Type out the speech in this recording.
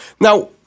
Now